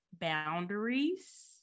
boundaries